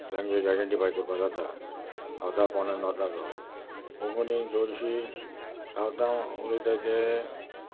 language identify करपा जाता सावथ कोण नर्थाचो कोंकणी चोडशी सावथां उलयत ते